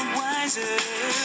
wiser